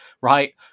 right